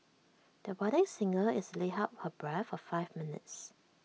the budding singer easily held her breath for five minutes